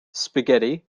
spaghetti